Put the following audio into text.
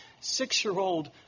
six-year-old